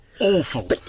Awful